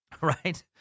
Right